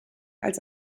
als